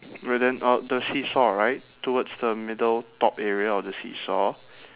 but then uh the seesaw right towards the middle top area of the seesaw